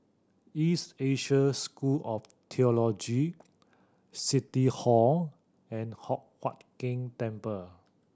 East Asia School of Theology City Hall and Hock Huat Keng Temple